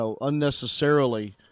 unnecessarily